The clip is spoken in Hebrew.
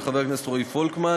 של חבר הכנסת רועי פולקמן,